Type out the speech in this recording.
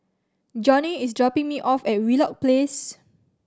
Johnny is dropping me off at Wheelock Place